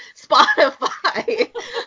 Spotify